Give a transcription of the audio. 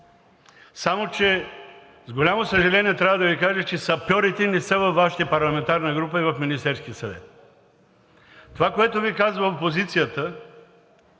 Само че с голямо съжаление трябва да Ви кажа, че сапьорите не са във Вашата парламентарна група и в Министерския съвет. Това, което Ви казва опозицията,